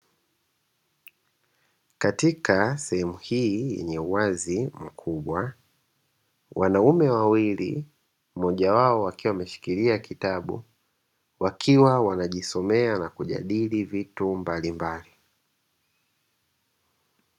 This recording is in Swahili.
Katika sehemu hii yenye uwazi mkubwa, wanaume wawili mmoja wao akiwa ameshikilia kitabu, wakiwa wanajisomea na kujadili vitu mbalimbali.